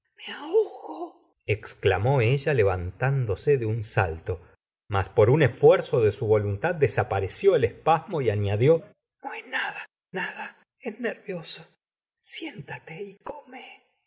exclamó ella levantándose de un gustavo flauber salto mas por un esfuerzo de su voluntad desapareció el espasmo y añ adió no es nada nada es nervioso siéntate y come